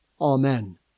Amen